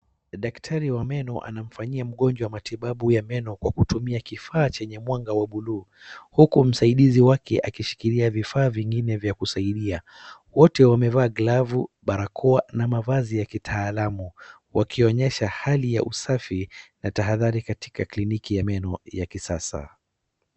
Daktari wa meno anamfanyia mgonjwa matibabu ya meno kwa kutumia kifaa chenye mwanga wa buluu huku msaidizi wake akishikilia vifaa vingine vya kusaidia. Wote wamevaa glavu, barakoa na mavazi ya kitaalamu wakionyesha hali ya usafi na tahadhari katika kliniki ya meno ya kisasa.